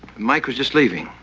mike was just leaving,